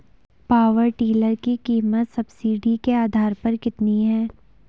Power tiller की कीमत subsidy के आधार पर कितनी है?